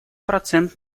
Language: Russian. процент